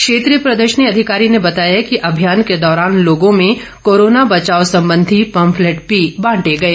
क्षेत्रीय प्रदर्शनी अधिकारी ने बताया कि अभियान के दौरान लोगो में कोरोना बचाव संबंधी पंपलेट भी बांटे गए